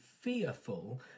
fearful